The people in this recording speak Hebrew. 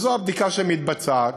זאת הבדיקה שמתבצעת.